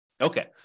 Okay